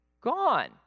gone